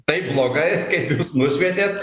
taip blogai kaip jūs nušvietėt